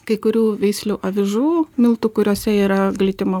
kai kurių veislių avižų miltų kuriuose yra glitimo